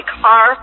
car